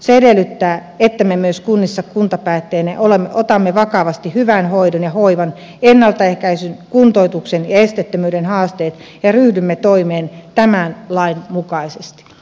se edellyttää että me myös kunnissa kuntapäättäjinä otamme vakavasti hyvän hoidon ja hoivan ennaltaehkäisyn kuntoutuksen ja esteettömyyden haasteet ja ryhdymme toimeen tämän lain mukaisesti